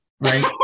right